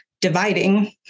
dividing